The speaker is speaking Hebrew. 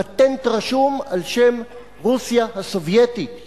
הפטנט רשום על שם רוסיה הסובייטית.